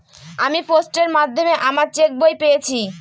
আমি পোস্টের মাধ্যমে আমার চেক বই পেয়েছি